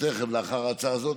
ותכף לאחר ההצעה הזאת,